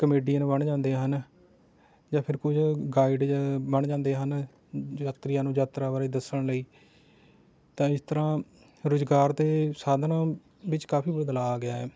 comedian ਬਣ ਜਾਂਦੇ ਹਨ ਜਾਂ ਫਿਰ ਕੁਝ ਗਾਈਡ ਬਣ ਜਾਂਦੇ ਹਨ ਯਾਤਰੀਆਂ ਨੂੰ ਯਾਤਰਾ ਬਾਰੇ ਦੱਸਣ ਲਈ ਤਾਂ ਇਸ ਤਰ੍ਹਾਂ ਰੁਜ਼ਗਾਰ ਦੇ ਸਾਧਨ ਵਿੱਚ ਕਾਫ਼ੀ ਬਦਲਾਵ ਆ ਗਿਆ ਹੈ